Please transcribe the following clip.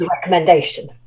recommendation